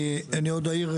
אני עוד אעיר,